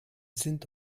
sind